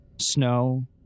Snow